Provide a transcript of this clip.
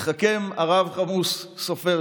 התחכם הרב כמוס סופר,